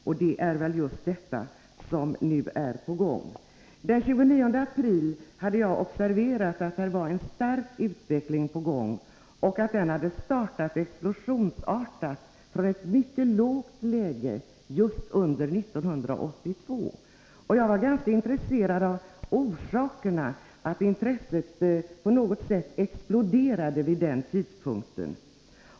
Och det är väl just detta som nu är på gång. Den 29 april hade jag observerat att det var en stark utveckling på gång och att den hade startat explosionsartat, från ett mycket lågt läge just under 1982. Jag var ganska intresserad av orsakerna till att intresset på något sätt exploderade vid denna tidpunkt.